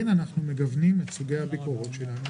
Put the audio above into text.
אנחנו מגוונים את סוגי הביקורות שלנו